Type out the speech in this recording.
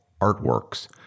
Artworks